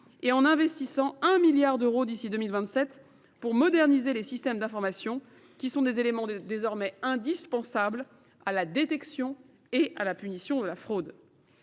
et nous investirons 1 milliard d’euros d’ici à 2027 pour moderniser les systèmes d’information, qui sont des éléments désormais indispensables à la détection et à la punition de la fraude.